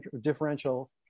differential